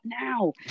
now